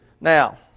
Now